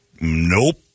nope